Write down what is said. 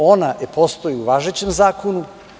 Ona postoji u važećem zakonu.